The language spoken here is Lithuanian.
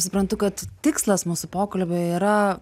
suprantu kad tikslas mūsų pokalbio yra